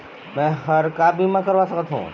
मैं हर का बीमा करवा सकत हो?